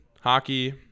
hockey